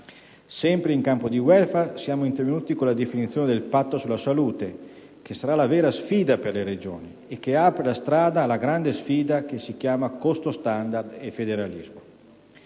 Sempre in campo di *welfare* siamo intervenuti con la definizione del patto sulla salute, che sarà la vera sfida per le Regioni e che apre la strada alla grande sfida che si chiama costo standard e federalismo.